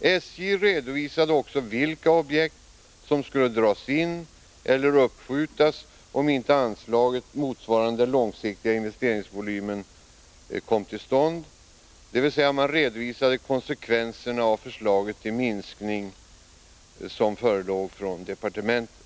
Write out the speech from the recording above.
SJ redovisade också vilka objekt som skulle dras in eller uppskjutas om inte anslaget motsvarade den långsiktiga investeringsvolymen — dvs. man redovisade konsekvenserna av det förslag till minskning som förelåg från departementet.